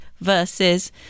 versus